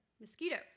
mosquitoes